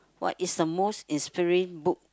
what is the most inspiring book